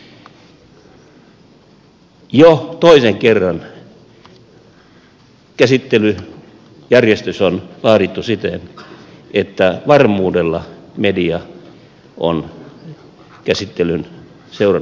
jo toisen kerran käsittelyjärjestys on laadittu siten että varmuudella media on käsittelyn seurannan ulkopuolella